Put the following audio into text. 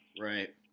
Right